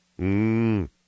Mmm